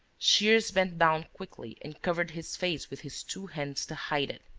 shears bent down quickly and covered his face with his two hands to hide it.